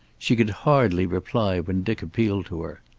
she could hardly reply when dick appealed to her.